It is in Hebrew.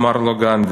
אמר לו גנדי: